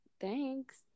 Thanks